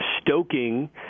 stoking